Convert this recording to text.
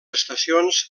estacions